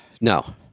No